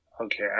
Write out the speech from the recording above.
Okay